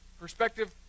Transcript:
perspective